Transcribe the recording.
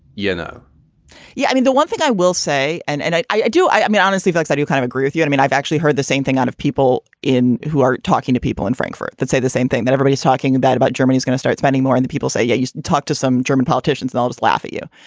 you know yeah. i mean, the one thing i will say and and i i do i i mean, honestly, folks, i do kind of agree with you. i mean, i've actually heard the same thing out of people in who are talking to people in frankfurt that say the same thing that everybody's talking about about germany is gonna start spending more in. the people say, yeah, you talk to some german politicians, they and always laugh at you.